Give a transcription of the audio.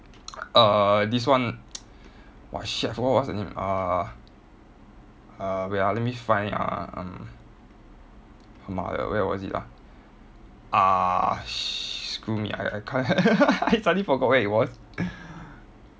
err this one !wah! shit I forgot what's the name uh uh wait ah let me find ah um 他妈的 where was is it ah uh screw me I I can't I suddenly forgot where it was